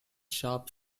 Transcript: sharp